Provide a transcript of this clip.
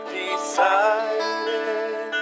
decided